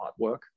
artwork